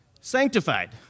sanctified